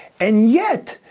and yet,